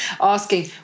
asking